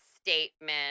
statement